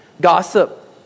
Gossip